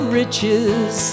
riches